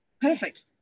Perfect